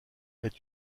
est